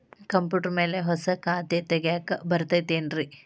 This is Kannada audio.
ಕಂಪ್ಯೂಟರ್ ಮ್ಯಾಲೆ ಹೊಸಾ ಖಾತೆ ತಗ್ಯಾಕ್ ಬರತೈತಿ ಏನ್ರಿ?